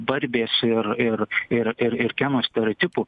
barbės ir ir ir ir ir keno stereotipų